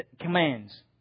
commands